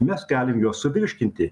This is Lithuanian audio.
mes galim juos suvirškinti